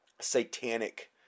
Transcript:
satanic